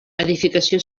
edificació